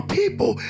people